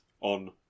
on